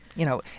you know,